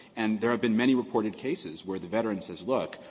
and there have been many reported cases where the veteran says, look,